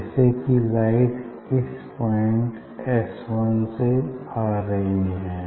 जैसे कि लाइट इस पॉइंट एस वन से आ रही है